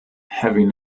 having